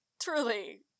truly